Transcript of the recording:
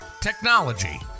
technology